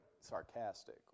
sarcastic